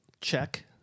Check